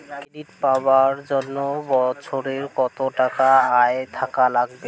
Credit পাবার জন্যে বছরে কত টাকা আয় থাকা লাগবে?